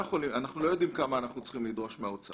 אנחנו לא יודעים כמה אנחנו צריכים לדרוש מהאוצר.